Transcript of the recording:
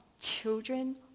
children